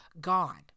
gone